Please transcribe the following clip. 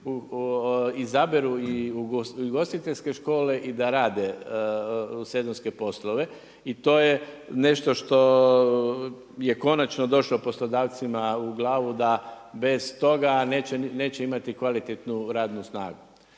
izabiru ugostiteljske škole i da rade sezonske poslove i to je nešto što je konačno došlo poslodavcima u glavu da bez toga neće imati kvalitetnu radnu snagu.